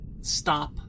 stop